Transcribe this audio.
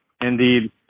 Indeed